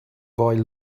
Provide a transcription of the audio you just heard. boy